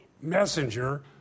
messenger